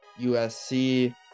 USC